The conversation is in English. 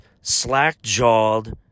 slack-jawed